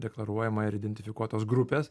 deklaruojama ir identifikuotos grupės